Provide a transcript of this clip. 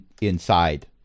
inside